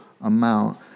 amount